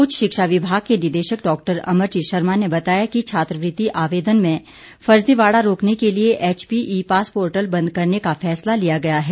उच्च शिक्षा विभाग के निदेशक डॉक्टर अमरजीत शर्मा ने बताया कि छात्रवृति आवेदन में फर्जीवाड़ा रोकने के लिए एचपीई पास पोर्टल बंद करने का फैसला लिया गया है